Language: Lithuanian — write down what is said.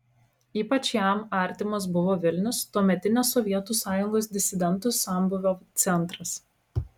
ypač jam artimas buvo vilnius tuometinės sovietų sąjungos disidentų sambūvio centras